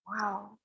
Wow